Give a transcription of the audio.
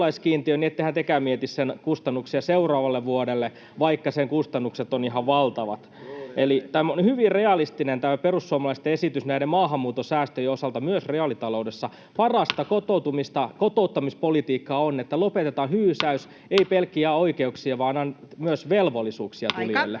ettehän tekään mieti sen kustannuksia seuraavalle vuodelle, vaikka sen kustannukset ovat ihan valtavat. Eli tämä perussuomalaisten esitys on hyvin realistinen näiden maahanmuuton säästöjen osalta myös reaalitaloudessa. Parasta kotouttamispolitiikkaa on, että lopetetaan hyysäys. Ei pelkkiä oikeuksia vaan myös velvollisuuksia tulijoille.